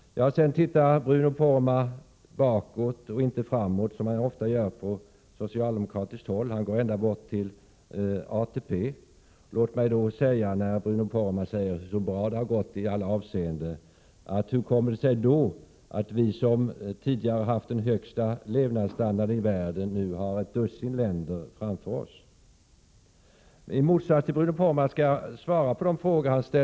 Sedan blickar Bruno Poromaa, som man ofta gör på socialdemokratiskt håll, bakåt och inte framåt. Han går tillbaka ända till ATP och talar om hur bra det har gått i alla avseenden. Låt mig då bara fråga: Hur kommer det sig att Sverige, som tidigare har haft den högsta levnadsstandarden i världen, nu har ett dussin länder framför sig? I motsats till Bruno Poromaa skall jag svara på de frågor jag fick.